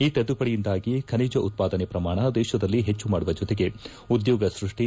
ಈ ತಿದ್ದುಪಡಿಯಿಂದಾಗಿ ಖನಿಜ ಉತ್ಪಾದನೆ ಪ್ರಮಾಣ ದೇಶದಲ್ಲಿ ಹೆಚ್ಚು ಮಾಡುವ ಜೊತೆಗೆ ಉದ್ಯೋಗ ಸೃಷ್ಟಿ